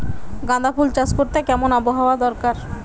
গাঁদাফুল চাষ করতে কেমন আবহাওয়া দরকার?